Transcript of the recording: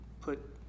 put